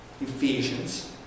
Ephesians